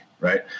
Right